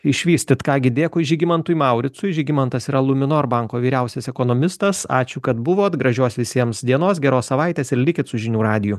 išvystyt ką gi dėkui žygimantui mauricui žygimantas yra luminor banko vyriausias ekonomistas ačiū kad buvot gražios visiems dienos geros savaitės ir likit su žinių radiju